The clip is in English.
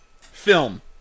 Film